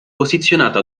posizionato